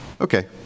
Okay